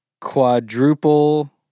quadruple